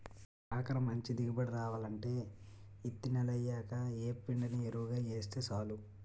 కాకర మంచి దిగుబడి రావాలంటే యిత్తి నెలయ్యాక యేప్పిండిని యెరువుగా యేస్తే సాలు